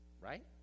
right